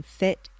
fit